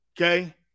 Okay